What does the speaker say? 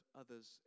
others